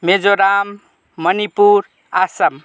Mizoram Manipur Assam